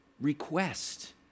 request